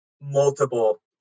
multiple